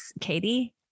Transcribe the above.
Katie